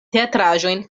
teatraĵojn